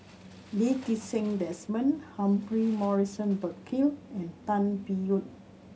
Lee Ti Seng Desmond Humphrey Morrison Burkill and Tan Biyun